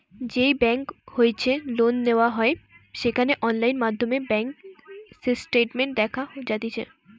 যেই বেংক হইতে লোন নেওয়া হয় সেখানে অনলাইন মাধ্যমে ব্যাঙ্ক স্টেটমেন্ট দেখা যাতিছে